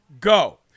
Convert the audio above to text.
go